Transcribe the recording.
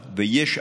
ובצדק.